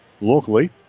locally